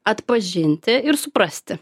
atpažinti ir suprasti